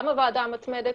גם הוועדה המתמדת,